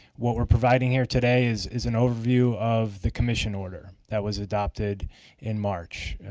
what we're providing here today is is an overview of the commission order that was adopted in march.